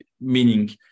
meaning